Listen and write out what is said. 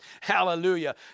Hallelujah